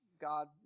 God